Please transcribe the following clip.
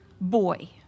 boy